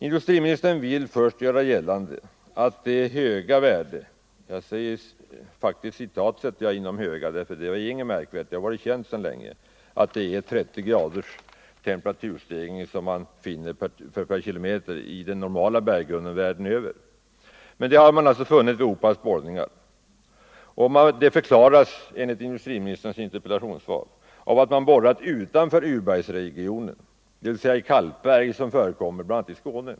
Industriministern påpekar först att man har funnit detta ”höga” värde — jag sätter faktiskt ordet höga inom citationstecken, eftersom det ju inte är något märkvärdigt högt tal; det har sedan länge varit känt att 30 grader per kilometer är en ganska vanlig temperaturstegring i den normala berggrunden världen över - vid OPAB:s borrningar endast i speciella områden. Detta förklaras enligt interpellationssvaret av att man har borrat utanför urbergsregionen, dvs. i kalkberg som förekommer bl.a. i Skåne.